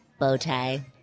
Bowtie